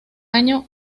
año